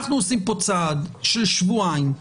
אנחנו עושים פה צעד של שבועיים,